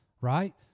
right